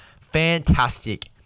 fantastic